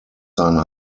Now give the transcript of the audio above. sein